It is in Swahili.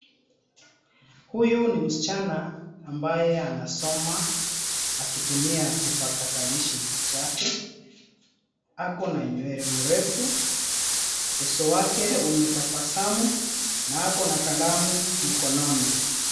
Huyu ni msichana ambaye anasoma akitumia kipakatalishi chake. Ako na nywele mrefu, uso wake umetabasamu na ako na kalamu mkononi.